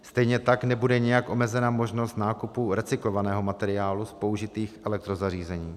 Stejně tak nebude nijak omezena možnost nákupu recyklovaného materiálu z použitých elektrozařízení.